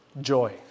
Joy